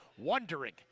wondering